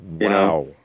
Wow